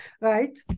right